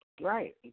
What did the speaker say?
right